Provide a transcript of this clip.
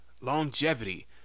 longevity